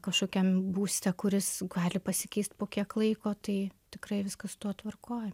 kažkokiam būste kuris gali pasikeist po kiek laiko tai tikrai viskas su tuo tvarkoj